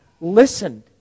listened